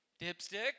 Dipstick